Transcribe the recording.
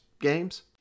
games